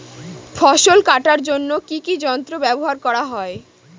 ফসল কাটার জন্য কি কি যন্ত্র ব্যাবহার করা হয়?